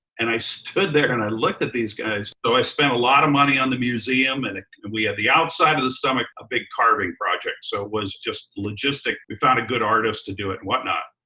and i stood there and i looked at these guys. so i spent a lot of money on the museum. and and we had the outside of the stomach, a big carving project, so it was just logistic. we found a good artist to do it and whatnot.